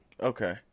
Okay